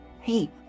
Hey